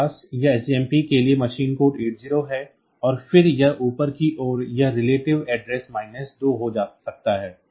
आपके पास इस SJMP के लिए मशीन कोड 80 है और फिर यह ऊपर की ओर यह relative address माइनस 2 हो सकता है